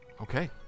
Okay